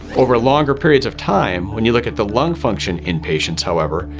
over longer periods of time, when you look at the lung function in patients, however,